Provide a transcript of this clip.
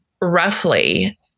roughly